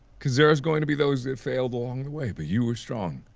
cuz there is going to be those that failed along the way, but you were strong.